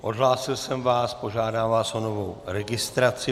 Odhlásil jsem vás, požádám vás o novou registraci.